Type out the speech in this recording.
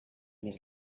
més